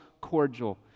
cordial